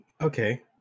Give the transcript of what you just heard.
Okay